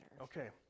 Okay